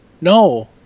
No